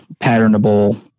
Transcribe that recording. patternable